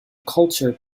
culture